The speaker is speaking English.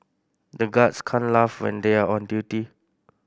the guards can't laugh when they are on duty